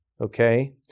okay